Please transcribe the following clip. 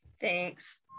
Thanks